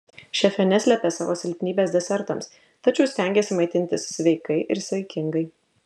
šefė neslepia savo silpnybės desertams tačiau stengiasi maitintis sveikai ir saikingai